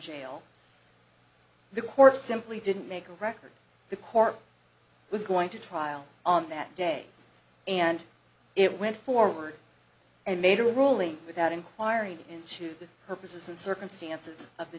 jail the court simply didn't make a record the court was going to trial on that day and it went forward and made a ruling without inquiring into the purposes and circumstances of the